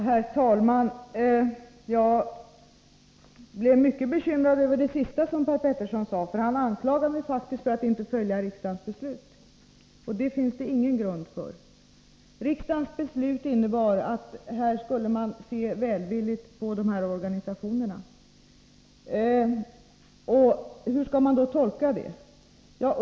Herr talman! Jag blev mycket bekymrad över det sista som Per Petersson sade. Han anklagade mig faktiskt för att inte följa riksdagens beslut. Det finns det ingen grund för. Riksdagens beslut innebar att vi skulle se välvilligt på dessa organisationer. Hur skall man tolka det?